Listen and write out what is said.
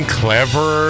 clever